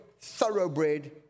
thoroughbred